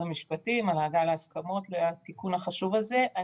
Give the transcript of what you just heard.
המשפטים על ההגעה להסכמות לתיקון החשוב הזה.